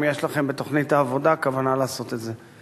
השאלה היא: האם יש לכם בתוכנית העבודה כוונה לעשות את זה?